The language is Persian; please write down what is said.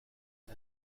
این